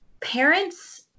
parents